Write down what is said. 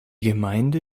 gemeinde